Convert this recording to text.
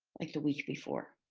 like the week before.